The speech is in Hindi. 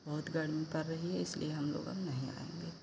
बहुत गर्मी पड़ रही है इसलिए हम लोग अब नहीं आएँगे